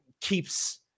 keeps